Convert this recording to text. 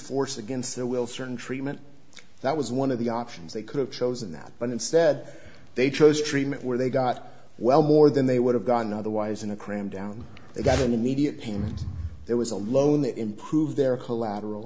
force against their will certain treatment that was one of the options they could have chosen that but instead they chose treatment where they got well more than they would have gotten otherwise in a cram down the government media team it was a loan to improve their collateral